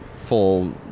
full